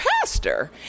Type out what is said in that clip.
pastor